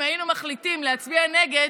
אם היינו מחליטים להצביע נגד,